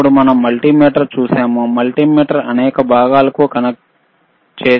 అప్పుడు మనం మల్టీమీటర్ చూశాముమల్టీమీటర్ను అనేక భాగాలకు కనెక్ట్ చేసాము